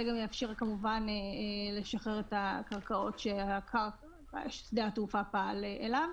זה יאפשר לשחרר את הקרקע ששדה תעופה פעל עליו